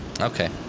Okay